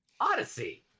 Odyssey